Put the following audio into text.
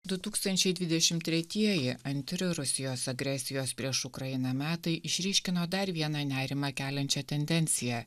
du tūkstančiai dvidešim tretieji antri rusijos agresijos prieš ukrainą metai išryškino dar vieną nerimą keliančią tendenciją